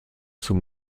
zum